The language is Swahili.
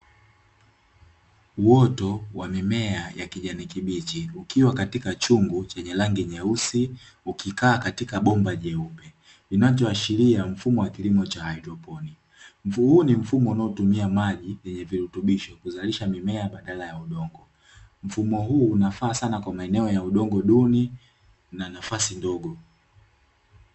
Uoto wa mimea ya kijani kibichi ukiwa katika chungu chenye rangi nyeusi, ukikaa katika boksi lenye rangi nyeupe unaoashiria kuwa ni kilimo cha hydroponi; mfumo huo vitamini, maji yenye virutubisho za kuzalisha mimea baadala ya udongo. Mfumo huu unafaa sana kwenye maeneo duni na nafasi ndogo.